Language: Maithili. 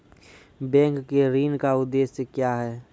बैंक के ऋण का उद्देश्य क्या हैं?